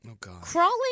crawling